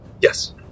Yes